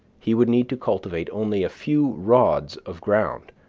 he would need to cultivate only a few rods of ground,